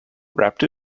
wrapped